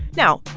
now,